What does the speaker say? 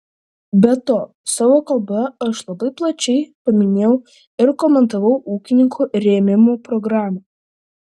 be to savo kalboje aš labai plačiai paminėjau ir komentavau ūkininkų rėmimo programą